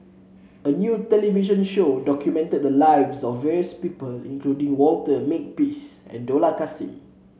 a new television show documented the lives of various people including Walter Makepeace and Dollah Kassim